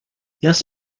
yes